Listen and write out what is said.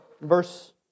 Verse